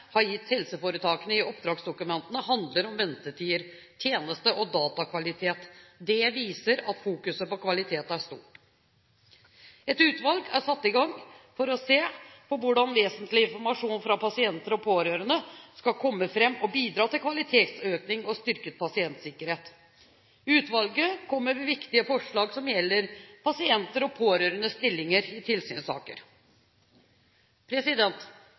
har gitt helseforetakene i oppdragsdokumentene, handler om ventetider, tjeneste- og datakvalitet. Det viser at fokuseringen på kvalitet er stort. Et utvalg er satt i gang for å se på hvordan vesentlig informasjon fra pasienter og pårørende skal komme fram og bidra til kvalitetsøkning og styrket pasientsikkerhet. Utvalget kommer med viktige forslag som gjelder pasienters og pårørendes stilling i